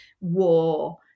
war